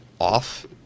off